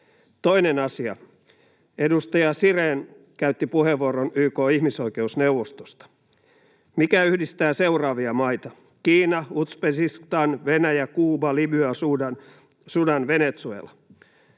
Toinen asia: Edustaja Sirén käytti puheenvuoron YK:n ihmisoikeusneuvostosta. Mikä yhdistää seuraavia maita: Kiina, Uzbekistan, Venäjä, Kuuba, Libya, Sudan ja Venezuela?